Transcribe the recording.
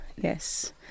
Yes